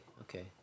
okay